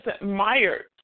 admired